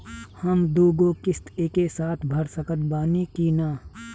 हम दु गो किश्त एके साथ भर सकत बानी की ना?